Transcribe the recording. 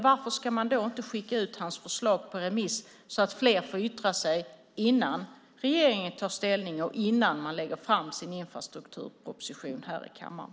Varför då inte skicka ut hans förslag på remiss så att fler får yttra sig innan regeringen tar ställning och infrastrukturpropositionen läggs fram i kammaren?